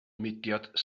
mudiad